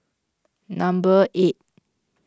number eight